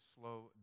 slow